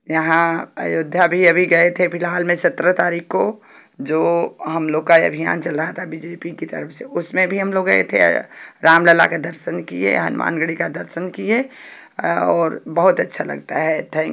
यहाँ अयोध्या भी अभी अभी गए थे फिलहाल में सतरह तारीख को जो हम लोग का अभियान चल रहा था बी जे पी की तरफ से उसमें भी हम लोग गए थे रामलल्ला का दर्शन किए हनुमानगढ़ी का दर्शन किए और बहुत अच्छा लगता है थैंक